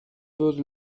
würde